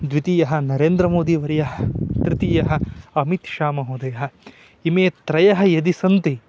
द्वितीयः नरेन्द्रमोदीवर्यः तृतीयः अमितशामहोदयः इमे त्रयः यदि सन्ति